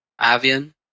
Avian